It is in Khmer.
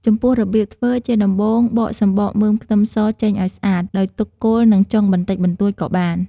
ចំពោះ របៀបធ្វើជាដំបូងបកសំបកមើមខ្ទឹមសចេញឱ្យស្អាត ដោយទុកគល់ និងចុងបន្តិចបន្តួចក៏បាន។